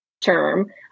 term